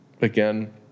again